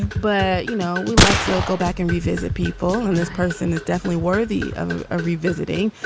but, you know, we love to go back and revisit people and this person is definitely worthy of ah revisiting.